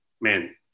man –